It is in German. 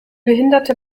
behinderte